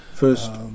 first